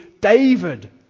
David